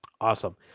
Awesome